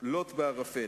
לוט בערפל.